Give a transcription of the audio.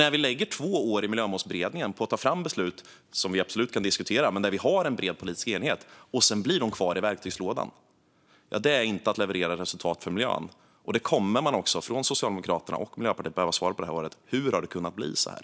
När vi har lagt två år i Miljömålsberedningen på att ta fram beslut, som vi absolut kan diskutera men där det finns en bred politisk enighet, och de blir kvar i verktygslådan är det inte att leverera resultat för miljön. Både Socialdemokraterna och Miljöpartiet kommer att behöva svara på hur det har kunnat bli så här.